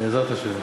בעזרת השם.